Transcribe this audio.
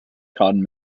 cotton